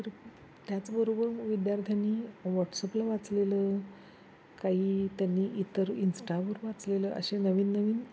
तर त्याचबरोबर विद्यार्थ्यांनी व्हॉटसअपला वाचलेलं काही त्यांनी इतर इंस्टावर वाचलेलं असे नवीन नवीन